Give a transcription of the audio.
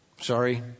sorry